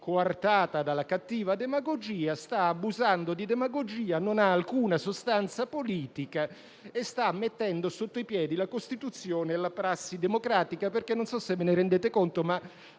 coartata dalla cattiva demagogia, sta abusando di demagogia, non ha alcuna sostanza politica e sta mettendo sotto i piedi la Costituzione e la prassi democratica. Non so infatti se vi rendete conto che